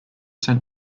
sent